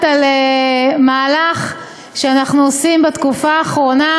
על מהלך שאנחנו עושים בתקופה האחרונה,